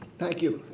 thank you.